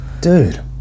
dude